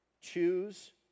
Choose